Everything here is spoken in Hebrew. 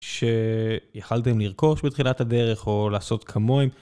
שיכלתם לרכוש בתחילת הדרך או לעשות כמוהם.